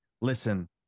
listen